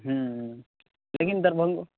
हूँ हूँ लेकिन दरभङ्गो